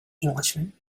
englishman